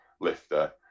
lifter